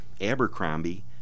Abercrombie